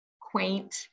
quaint